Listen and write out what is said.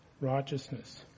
righteousness